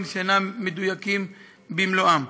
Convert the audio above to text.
כיוון שאת מעירה שהדבר אינו כך, אני אבדוק את זה